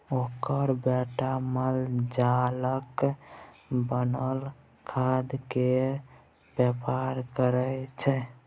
ओकर बेटा मालजालक बनल खादकेर बेपार करय छै